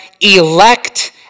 elect